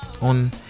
on